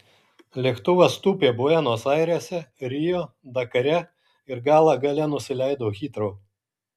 lėktuvas tūpė buenos airėse rio dakare ir galą gale nusileido hitrou